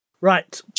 Right